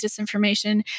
disinformation